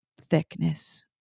Thickness